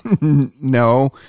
No